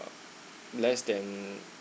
less than uh